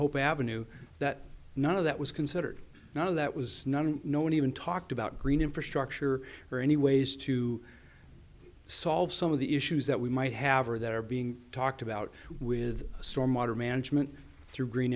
hope avenue that none of that was considered none of that was none no one even talked about green infrastructure or any ways to solve some of the issues that we might have or that are being talked about with storm water management through green